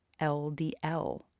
LDL